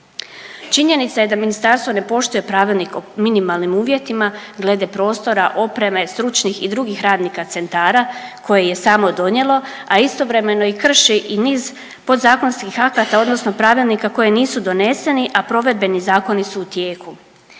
Činjenica je da Ministarstvo ne poštuje pravilnik o minimalnim uvjetima glede prostora, opreme, stručnih i drugih radnika centara koje je samo donijelo, a istovremeno krši i niz podzakonskih akata odnosno pravilnika koji nisu doneseni, a provedbeni zakoni su u tijeku.